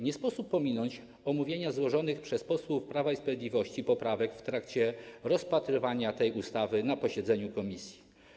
Nie sposób pominąć omówienia złożonych przez posłów Prawa i Sprawiedliwości poprawek w trakcie rozpatrywania tej ustawy na posiedzeniu komisji.